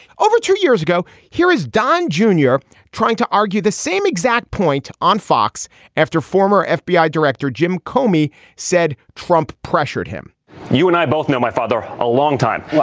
although two years ago. here is don junior trying to argue the same exact point on fox after former ah fbi director jim comey said trump pressured him you and i both know my father a longtime.